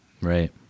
Right